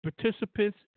participants